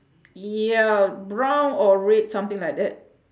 yeah brown or red something like that